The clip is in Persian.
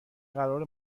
قرار